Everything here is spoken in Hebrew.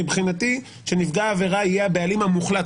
מבחינתי שנפגע העבירה יהיה הבעלים המוחלט,